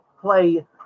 Play